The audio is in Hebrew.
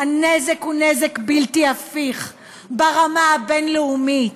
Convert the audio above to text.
הנזק הוא נזק בלתי הפיך ברמה הבין-לאומית.